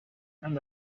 and